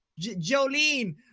Jolene